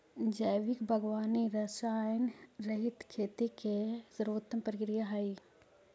जैविक बागवानी रसायनरहित खेती के सर्वोत्तम प्रक्रिया हइ